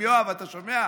יואב, אתה שומע?